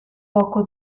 poco